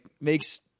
makes